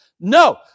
No